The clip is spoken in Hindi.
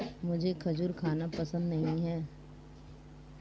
मुझें खजूर खाना पसंद नहीं है